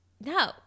no